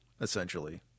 essentially